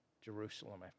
Jerusalem